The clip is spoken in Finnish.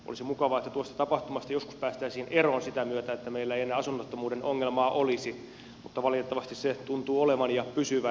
olisi mukava että tuosta tapahtumasta joskus päästäisiin eroon sitä myötä että meillä ei enää asunnottomuuden ongelmaa olisi mutta valitettavasti se tuntuu olevan ja pysyvän